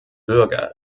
bürger